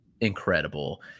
incredible